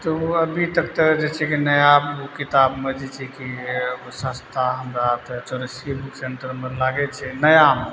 तऽ अभी तक तऽ जे छै नया बुक किताब मे जे छै कि सस्ता हमरा आर के चौरसिये बुक सेन्टर मे लागै छै नया